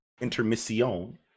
intermission